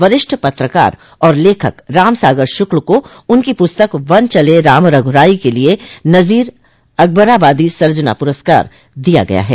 वरिष्ठ पत्रकार और लेखक रामसागर श्र्क्ल को उनकी प्रस्तक वन चले राम रघुराई के लिये नज़ीर अकबराबादी सर्जना पुरस्कार दिया गया है